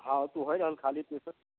हॅं तऽ ओ होइ रहल खाली